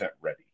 ready